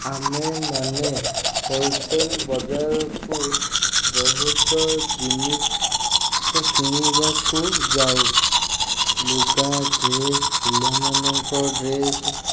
ଆମେମାନେ ହୋଲ୍ସେଲ୍ ବଜାରକୁ ବହୁତ ଜିନିଷ କିଣିବାକୁ ଯାଉ ଲୁଗା ଡ୍ରେସ୍ ପିଲାମାନଙ୍କ ଡ୍ରେସ୍